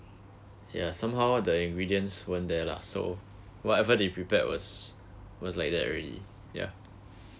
yeah somehow the ingredients went there lah so whatever they prepared was was like that already yeah